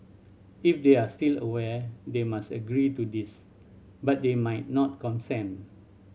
if they are still aware they must agree to this but they might not consent